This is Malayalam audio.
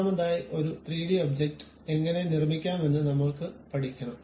ഒന്നാമതായി ഒരു 3D ഒബ്ജക്റ്റ് എങ്ങനെ നിർമ്മിക്കാമെന്ന് നമ്മൾ പഠിക്കണം